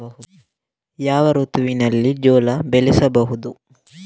ಯಾವ ಋತುವಿನಲ್ಲಿ ಜೋಳ ಬೆಳೆಸಬಹುದು?